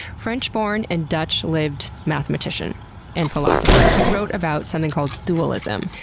french-born and dutch-lived mathematician and philosopher. he wrote about something called dualism,